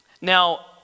Now